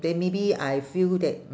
then maybe I feel that